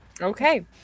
Okay